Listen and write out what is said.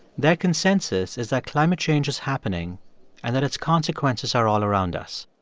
that consensus is that climate change is happening and that its consequences are all around us.